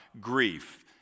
grief